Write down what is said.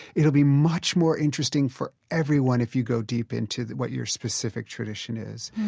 it'll be much more interesting for everyone if you go deep into what your specific tradition is.